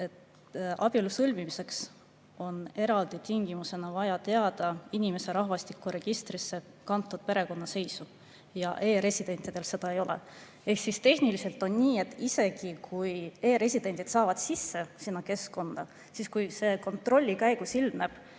et abielu sõlmimiseks on eraldi tingimusena vaja teada inimese rahvastikuregistrisse kantud perekonnaseisu ja e‑residentidel seda ei ole. Ehk tehniliselt on nii, et isegi kui e‑residendid saavad sinna keskkonda sisse, siis kui kontrolli käigus ilmneb,